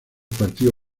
partido